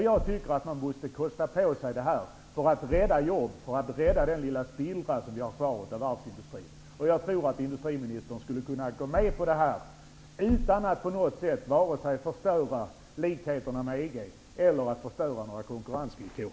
Jag tycker att vi måste kosta på oss detta för att rädda jobb och för att rädda den lilla spillra som vi har kvar av varvsindustrin. Jag tror att industriministern skulle kunna gå med på detta utan att på något sätt förstöra likheterna med EG eller några konkurrensvillkor.